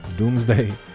Doomsday